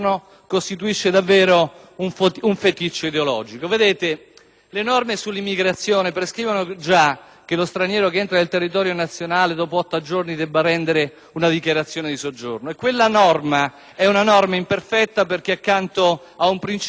le norme sull'immigrazione prescrivono già che lo straniero che entra nel territorio nazionale dopo otto giorni debba rendere la dichiarazione di soggiorno. Quella norma è imperfetta perché accanto al principio non prevede sanzione alcuna rispetto al comportamento